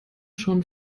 schon